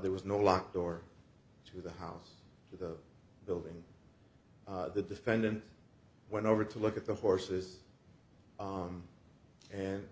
there was no locked door to the house to the building the defendant went over to look at the horses and